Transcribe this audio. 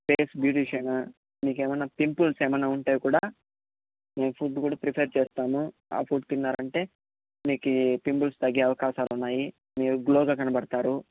face beautician మీకు ఏమైనా pimples ఏమైనా ఉంటే కూడా మేము ఫుడ్డు కూడా ప్రిపేర్ చేస్తాము ఆ ఫుడ్డు తిన్నారంటే మీకు పింపుల్స్ తగ్గే అవకాశాలు ఉన్నాయి మీరు గ్లోగా కనబడతారు